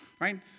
right